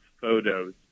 photos